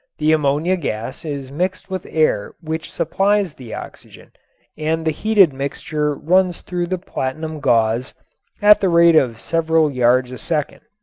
the ammonia gas is mixed with air which supplies the oxygen and the heated mixture run through the platinum gauze at the rate of several yards a second.